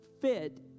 fit